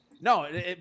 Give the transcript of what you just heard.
No